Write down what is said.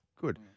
Good